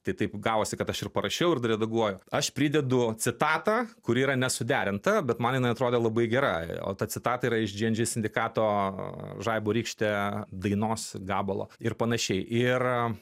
tai taip gavosi kad aš ir parašiau ir dar redaguoju aš pridedu citatą kuri yra nesuderinta bet man jinai atrodė labai gera o ta citata yra iš džy en džy sindikato žaibo rykštė dainos gabalo ir panašiai ir